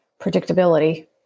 predictability